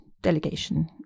delegation